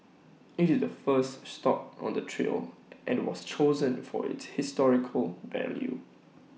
IT is the first stop on the trail and was chosen for its historical value